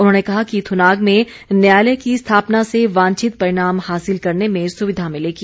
उन्होंने कहा कि थुनाग में न्यायालय की स्थापना से वांछित परिणाम हासिल करने में सुविधा मिलेगी